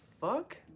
fuck